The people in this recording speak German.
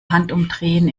handumdrehen